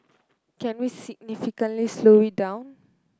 can we significantly slow it down